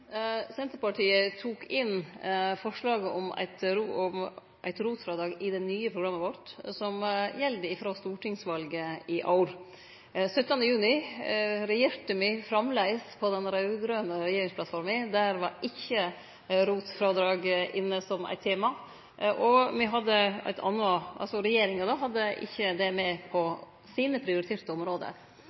Senterpartiet tok forslaget om eit ROT-frådrag inn i det nye programmet vårt, som gjeld frå stortingsvalet i år. Den 17. juni regjerte me framleis på den raud-grøne regjeringsplattforma. Der var ikkje ROT-frådrag inne som eit tema – regjeringa hadde det ikkje med på sine prioriterte område.